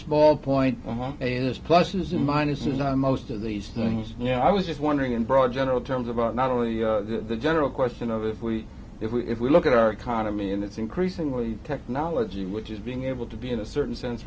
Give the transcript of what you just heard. small point and there's pluses and minuses on most of these things you know i was just wondering in broad general terms about not only the general question of if we if we if we look at our economy and it's increasingly technology which is being able to be in a certain sense